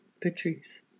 Patrice